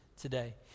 today